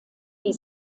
die